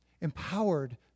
empowered